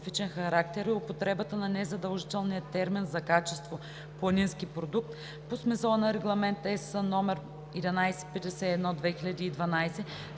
и употребата на незадължителния термин за качество „планински продукт“ по смисъла на Регламент (ЕС) № 1151/2012,